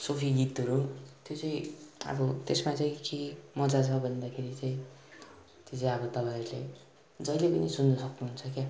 सुफी गीतहरू त्यो चाहिँ अब त्यस्मा चाहिँ के मजा छ भन्दाखेरि चाहिँ त्यो चाहिँ अब तपाईँहरूले जहिले पनि सुन्नु सक्नुहुन्छ क्या